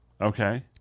okay